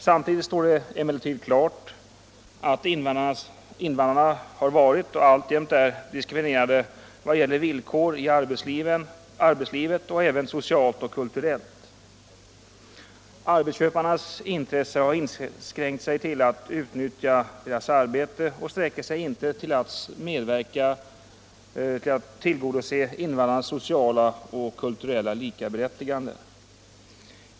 Samtidigt står det emellertid klart att invandrarna har varit och alltjämt är diskriminerade vad det gäller villkoren i arbetslivet och även socialt och kulturellt. Arbetsköparnas intresse har inskränkt sig till att utnyttja deras arbete, och det sträcker sig inte till att medverka för att tillgodose invandrarnas krav på socialt och kulturellt likaberättigande.